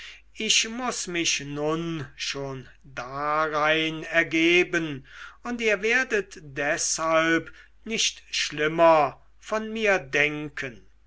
ich muß zu mich nun schon darein ergeben und ihr werdet deshalb nicht schlimmer von mir denken